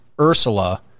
Ursula